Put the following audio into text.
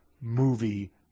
movie